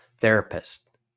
therapist